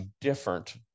different